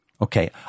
Okay